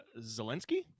Zelensky